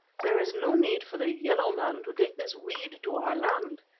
there is no need for the yellow man to take this weed to our land,